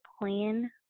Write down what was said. plan